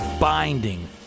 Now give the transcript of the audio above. binding